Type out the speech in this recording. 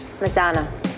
Madonna